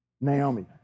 Naomi